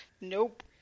Nope